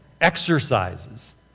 Exercises